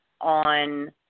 on